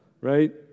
right